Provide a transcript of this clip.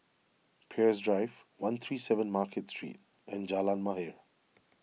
Peirce Drive one three seven Market Street and Jalan Mahir